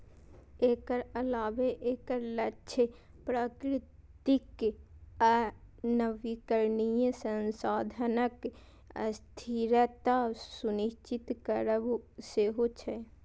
एकर अलावे एकर लक्ष्य प्राकृतिक आ नवीकरणीय संसाधनक स्थिरता सुनिश्चित करब सेहो छै